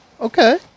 Okay